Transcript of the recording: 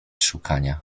szukania